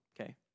okay